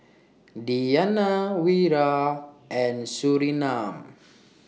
Diyana Wira and Surinam